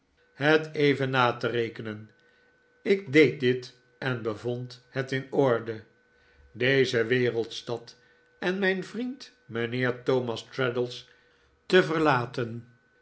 het david copperfield even na te rekenen ik deed dit en bevond het in orde deze wereldstad en mijn vriend mijnheer thomas traddles te verlaten